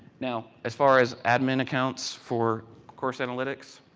now, as far as admin accounts for course analytics.